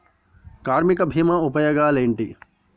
కార్మిక బీమా ఉపయోగాలేంటి?